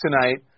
tonight